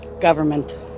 government